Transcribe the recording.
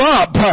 up